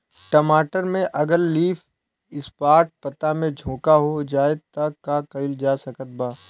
टमाटर में अगर लीफ स्पॉट पता में झोंका हो जाएँ त का कइल जा सकत बा?